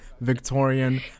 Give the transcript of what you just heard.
Victorian